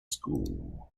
school